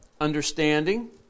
understanding